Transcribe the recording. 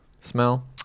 smell